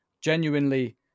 genuinely